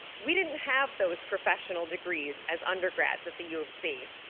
we didn't have those professional degrees as undergrads at the u of c.